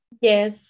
Yes